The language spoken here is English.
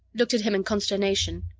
looked at him in consternation.